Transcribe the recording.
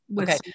Okay